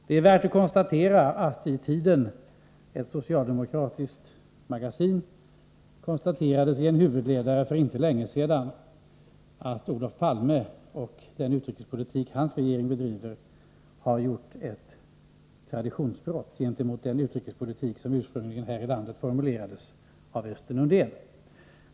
Det är värt att konstatera att det i Tiden, ett socialdemokratiskt magasin, i en huvudledare för inte så länge sedan konstaterades att Olof Palme och den socialdemokratiska regeringen i sin utrikespolitik har genomfört ett traditionsbrott gentemot den utrikespolitik som ursprungligen formulerades här i landet av Östen Undén.